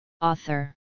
Author